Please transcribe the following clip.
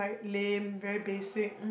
lame very basic